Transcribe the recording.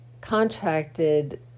contracted